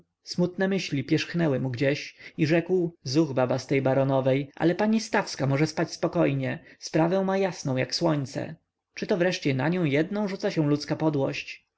smutne myśli pierzchnęły mu gdzieś i rzekł zuch baba z tej baronowej ale pani stawska może spać spokojnie sprawę ma jasną jak słońce czyto wreszcie na nią jedną rzuca się ludzka podłość